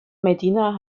medina